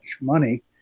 money